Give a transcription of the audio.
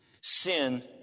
Sin